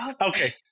okay